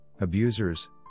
abusers